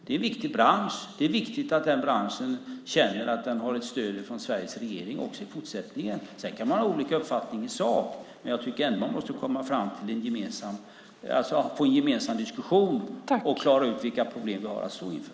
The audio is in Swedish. Det är en viktig bransch, och det är viktigt att den branschen känner att den har ett stöd från Sveriges regering också i fortsättningen. Sedan kan man ha olika uppfattning i sak, men jag tycker ändå att man måste få en gemensam diskussion och klara ut vilka problem vi står inför.